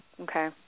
Okay